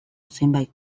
zenbait